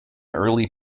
early